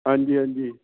ਹਾਂਜੀ ਹਾਂਜੀ